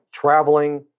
traveling